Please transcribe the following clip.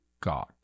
God